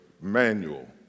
manual